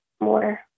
more